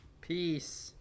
peace